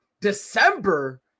December